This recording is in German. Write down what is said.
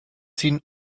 ziehen